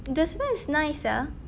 the smell is nice sia